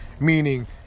Meaning